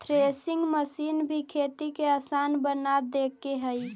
threshing machine भी खेती के आसान बना देके हइ